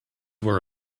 were